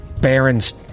Baron's